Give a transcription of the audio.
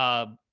of,